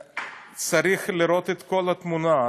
צריך לראות את כל התמונה.